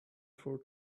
for